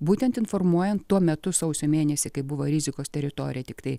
būtent informuojant tuo metu sausio mėnesį kai buvo rizikos teritorija tiktai